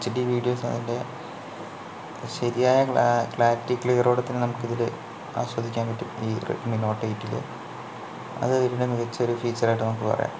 H D videos അതിൻ്റെ ശരിയായ clarity ക്ലിയറോടെ തന്നെ നമുക്ക് ഇതിൽ ആസ്വദിക്കാൻ പറ്റും ഈ റെഡ്മി നോട്ട് എയ്റ്റിൽ അത് അവരുടെ മികച്ച ഒരു ഫീച്ചർ ആയിട്ട് നമുക്ക് പറയാം